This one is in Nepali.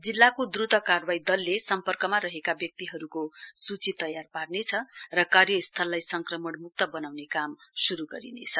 जिल्लाको द्र्त कार्रवाई दलले सम्पर्कमा रहेको व्यक्तिहरूको सूची तयार पार्नेछ र कार्यस्थललाई संक्रमणमुक्त बनाउने काम शुरू गरिनेछ